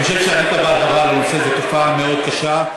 זו תופעה מאוד קשה.